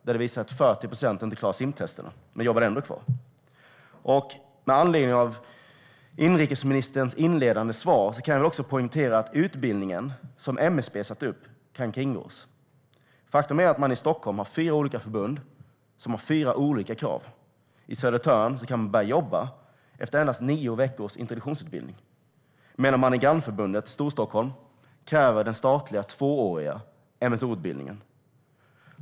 Då visade det sig att 40 procent inte klarade simtesterna men ändå jobbade kvar. Med anledning av inrikesministerns inledande svar vill jag också poängtera att den utbildning som MSB ansvarar för kan kringgås. Faktum är att man i Stockholm har fyra olika förbund med fyra olika krav. I Södertörns brandförsvarsförbund kan man börja jobba efter endast nio veckors introduktionsutbildning, medan man i grannförbundet Storstockholms brandförsvar kräver den statliga tvååriga SMO-utbildningen.